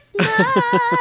Christmas